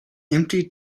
empty